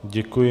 Děkuji.